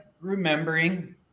Remembering